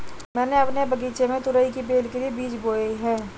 मैंने अपने बगीचे में तुरई की बेल के लिए बीज बोए